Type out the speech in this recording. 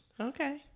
Okay